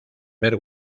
ver